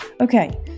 Okay